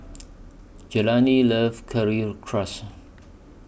Jelani loves Currywurst